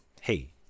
hey